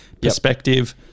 perspective